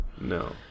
No